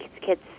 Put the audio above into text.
kids